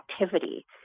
activity